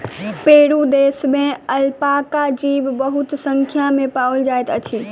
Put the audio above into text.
Peru देश में alpaca जीव बहुसंख्या में पाओल जाइत अछि